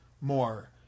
more